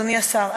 אדוני השר,